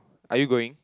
are you going